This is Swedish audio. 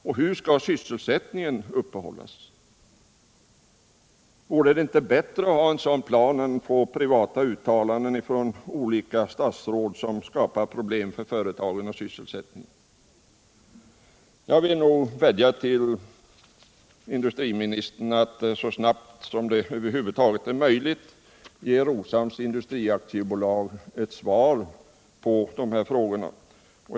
Hur skall sysselsättningen hållas uppe? Vore det inte bättre att ha en plan för detta än att lita till privata uttalanden av olika statsråd, som skapar problem för företagen och sysselsättningen? Jag vill vädja till industriministern om att så snabbt som det över huvud taget är möjligt ge Roshamns Industri AB ett besked, om ett stöd kommer att ges eller ej.